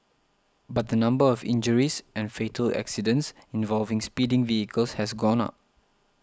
but the number of injuries and fatal accidents involving speeding vehicles has gone up